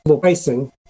pricing